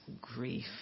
Grief